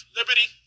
liberty